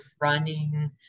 running